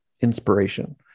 Inspiration